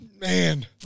man